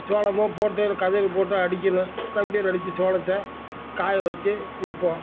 சோளம்லாம் போட்டு கதிர் போட்டு அடிக்கணும் கம்பியில் அடித்து சோளத்தை காய வெச்சி விற்போம்